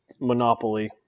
Monopoly